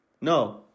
No